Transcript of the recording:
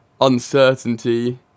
uncertainty